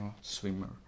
swimmer